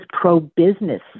pro-business